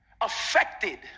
affected